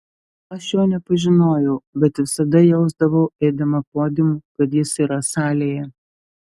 aš jo nepažinojau bet visada jausdavau eidama podiumu kad jis yra salėje